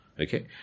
Okay